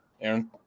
Aaron